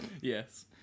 Yes